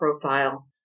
profile